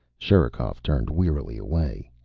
sherikov turned wearily away.